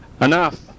Enough